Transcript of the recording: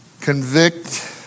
convict